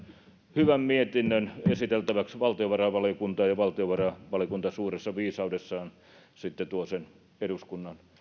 hyvän mietinnön esiteltäväksi valtiovarainvaliokuntaan ja valtiovarainvaliokunta suuressa viisaudessaan sitten tuo sen eduskunnan